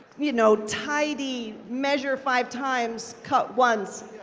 you know tidy, measure five times, cut once,